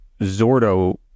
Zordo